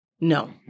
No